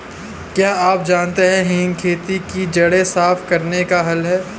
क्या आप जानते है हेंगा खेत की जड़ें साफ़ करने का हल है?